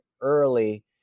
early